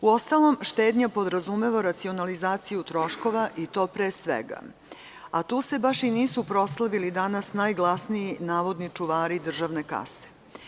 Uostalom, štednja podrazumeva racionalizaciju troškova, i to pre svega, a tu se baš i nisu proslavili danas najglasniji navodni čuvari državne kase.